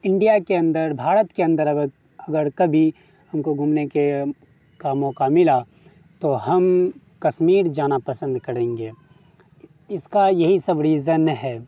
India کے اندر بھارت کے اندر اگر اگر کبھی ہم کو گھومنے کے کا موقع ملا تو ہم کشیر جانا پسند کریں گے اس کا یہی سب ریزن ہے